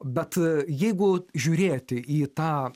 bet jeigu žiūrėti į tą